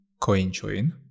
CoinJoin